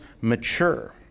mature